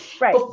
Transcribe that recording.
Right